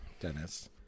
Dennis